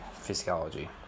physiology